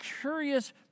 curious